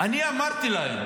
אמרתי להם: